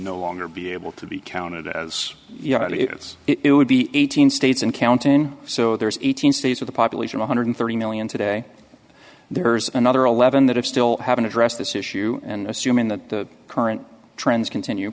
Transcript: no longer be able to be counted as it is it would be eighteen states and counting so there's eighteen states with a population one hundred thirty million today there's another eleven that have still haven't addressed this issue and assuming that the current trends continue